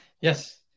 Yes